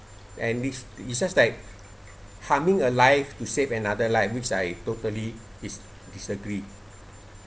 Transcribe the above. and it's it's just like harming a life to save another life which I totally dis~ disagree